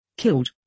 Killed